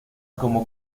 como